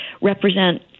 represent